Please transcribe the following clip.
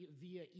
via